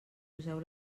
poseu